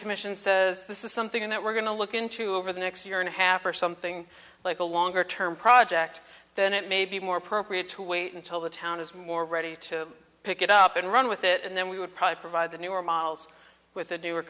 commission says this is something that we're going to look into over the next year and a half or something like a longer term project then it may be more appropriate to wait until the town is more ready to pick it up and run with it and then we would probably provide the newer models with